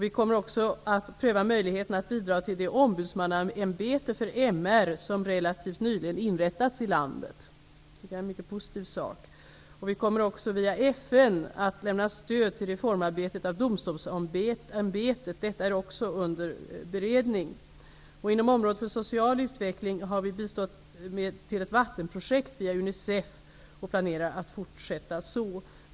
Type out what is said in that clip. Vi kommer också att pröva möjligheten att bidra till det ombudsmannaämbete för MR som relativt nyligen inrättats i landet, och det tycker jag är en mycket positiv sak. Vi kommer dessutom att via FN lämna stöd till reformarbetet beträffande domstolsämbetet -- detta är också under beredning. Inom området för social utveckling har vi via Unicef bistått med medel till ett vattenprojekt. Vi planerar att fortsätta så.